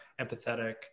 empathetic